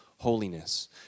Holiness